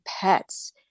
pets